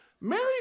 Mary